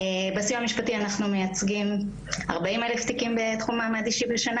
בסיוע המשפטי אנחנו מייצגים 40,000 תיקים בתחום המעמד האישי בשנה,